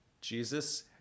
Jesus